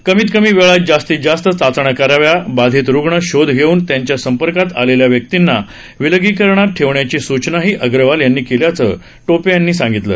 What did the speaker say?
कमीत कमी वेळात जास्तीत जास्त चाचण्या कराव्या बाधित रुग्ण शोध घेऊन त्यांच्या संपर्कात आलेल्या व्यक्तींना विलगीकरणात ठेवण्याची सूचनाही अग्रवाल यांनी केल्याचं टोपे यांनी सांगीतलं